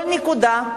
כל נקודה,